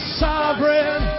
sovereign